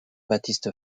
baptiste